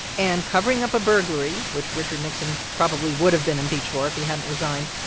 and covering up a burglary, which richard nixon probably would have been impeached for if he hadn't resigned,